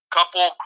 Couple